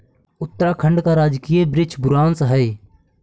उत्तराखंड का राजकीय वृक्ष बुरांश हई